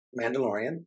Mandalorian